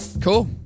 cool